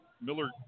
Miller